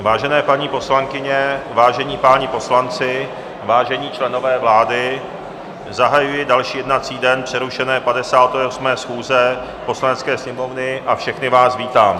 Vážené paní poslankyně, vážení páni poslanci, vážení členové vlády, zahajuji další jednací den přerušené 58. schůze Poslanecké sněmovny a všechny vás vítám.